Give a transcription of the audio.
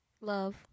Love